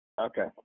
okay